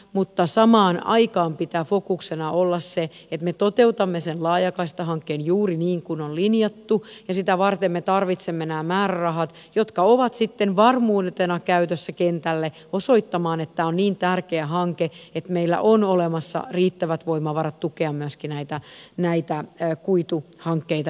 mutta samaan aikaan pitää fokuksena olla sen että me toteutamme sen laajakaistahankkeen juuri niin kuin on linjattu ja sitä varten me tarvitsemme nämä määrärahat jotka ovat sitten varmuutena käytössä kentällä osoittamaan että tämä on niin tärkeä hanke että meillä on olemassa riittävät voimavarat tukea myöskin näitä kuituhankkeita ympäri suomea